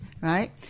right